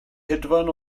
hedfan